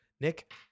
Nick